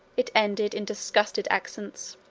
it ended in disgusted accents.